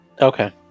Okay